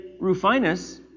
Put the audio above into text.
Rufinus